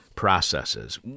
Processes